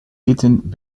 eten